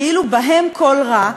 כאילו בהם כל רע,